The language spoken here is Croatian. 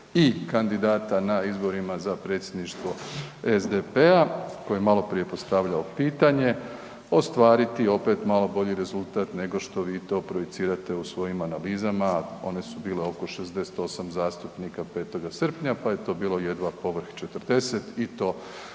i kandidata na izborima za predsjedništvo SDP-a koji je maloprije postavljao pitanje ostvariti opet malo bolji rezultat nego što vi to projicirate u svojim analizama, a one su bile oko 68 zastupnika 5. srpnja pa je to bilo jedva povrh 40 i to